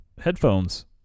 headphones